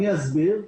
אני אסביר.